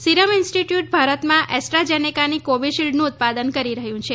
serum institute ભારતમાં એસ્ટ્રાજેનેકાની કોવિશીલ્ડનું ઉત્પાદન કરી રહ્યું છે